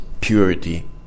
purity